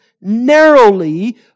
narrowly